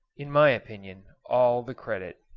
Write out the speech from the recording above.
in my opinion, all the credit.